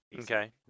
Okay